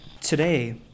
Today